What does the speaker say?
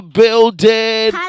building